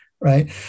right